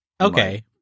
Okay